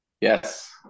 Yes